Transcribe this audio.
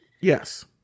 Yes